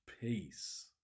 peace